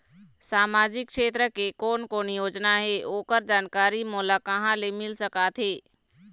सामाजिक क्षेत्र के कोन कोन योजना हे ओकर जानकारी मोला कहा ले मिल सका थे?